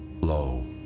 Lo